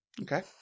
Okay